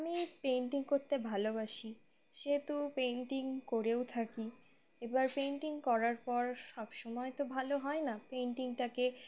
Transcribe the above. আমি পেন্টিং করতে ভালোবাসি সেহেতু পেন্টিং করেও থাকি এবার পেন্টিং করার পর সব সমময় তো ভালো হয় না পেন্টিংটাকে